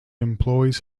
employs